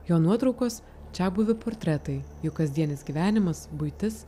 jo nuotraukos čiabuvių portretai jų kasdienis gyvenimas buitis